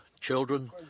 children